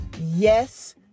yes